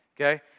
okay